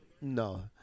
no